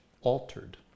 altered